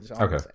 Okay